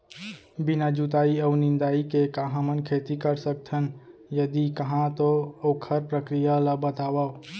बिना जुताई अऊ निंदाई के का हमन खेती कर सकथन, यदि कहाँ तो ओखर प्रक्रिया ला बतावव?